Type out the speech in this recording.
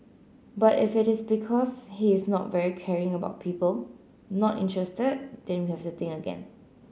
but if it is because he is not very caring about people not interested then we have to think again